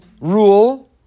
Rule